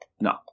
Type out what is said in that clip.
No